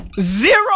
Zero